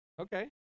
Okay